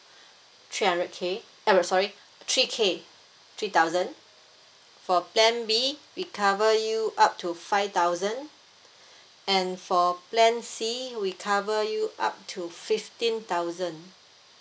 three hundred K eh sorry three K three thousand for plan B we cover you up to five thousand and for plan C we cover you up to fifteen thousand